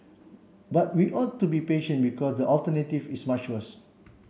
but we ought to be patient because the alternative is much worse